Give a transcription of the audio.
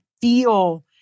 feel